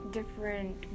different